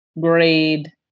grade